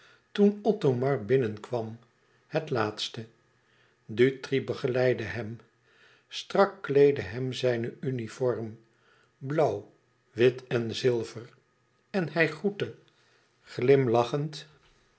toen othomar binnenkwam het laatste dutri begeleidde hem strak kleedde hem zijn uniform blauw wit en zilver en hij groette glimlachend